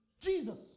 Jesus